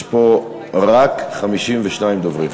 יש פה רק 52 דוברים.